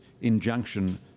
injunction